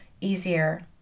easier